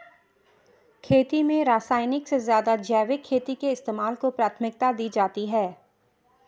खेती में रासायनिक से ज़्यादा जैविक खेती के इस्तेमाल को प्राथमिकता दी जाती है